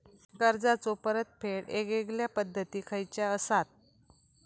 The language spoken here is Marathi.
कर्जाचो परतफेड येगयेगल्या पद्धती खयच्या असात?